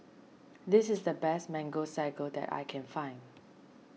this is the best Mango Sago that I can find